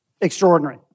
extraordinary